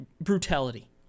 Brutality